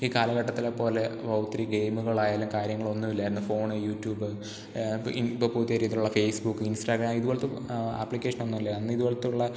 ഈ കാലഘട്ടത്തിലെ പോലെ ഒത്തിരി ഗെയിമുകളായാലും കാര്യങ്ങളൊന്നും ഇല്ലായിരുന്നു ഫോൺ യൂട്യൂബ് ഇപ്പോൾ പുതിയ രീതിയിലുള്ള ഫേസ്ബുക്ക് ഇൻസ്റ്റാഗ്രാം ഇതുപോലത്തെ ആപ്ലിക്കേഷൻ ഒന്നും ഇല്ല അന്ന് ഇതു പോലത്തുള്ള